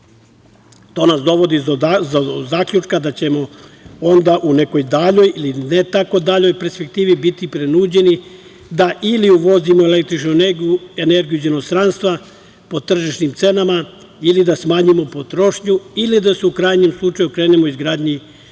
To nas dovodi do zaključka da ćemo onda u nekoj daljoj ili ne tako daljoj perspektivi biti prinuđeni da ili uvozimo električnu energiju iz inostranstva po tržišnim cenama, ili da smanjimo potrošnju, ili da se u krajnjem slučaju krenemo izgradnju nuklearne